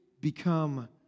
Become